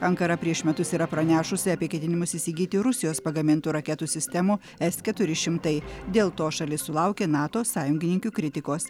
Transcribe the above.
ankara prieš metus yra pranešusi apie ketinimus įsigyti rusijos pagamintų raketų sistemų s keturi šimtai dėl to šalis sulaukė nato sąjungininkių kritikos